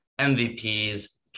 MVPs